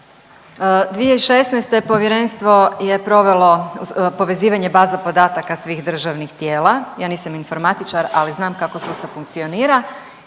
2016. povjerenstvo je provelo povezivanje baze podataka svih državnih tijela, ja nisam informatičar, ali znam kako sustav funkcionira.